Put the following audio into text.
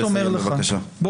אז אני באמת אומר לך בוא,